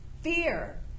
fear